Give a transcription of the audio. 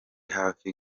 hafi